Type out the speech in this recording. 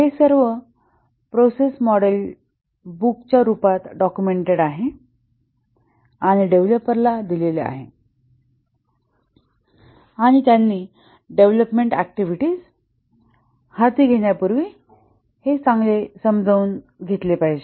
हे सर्व process model बुकच्या रूपात डाक्युमेंटेड आहे आणि डेव्हलपरला दिलेले आहे आणि त्यांनी डेव्हलपमेंट ऍक्टिव्हिटीज हाती घेण्यापूर्वी हे चांगले समजून घेतले पाहिजे